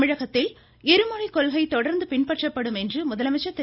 தமிழகத்தில் இருமொழி கொள்கை தொடர்ந்து பின்பற்றப்படும் என்று முதலமைச்சர் திரு